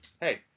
Hey